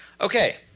Okay